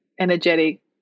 energetic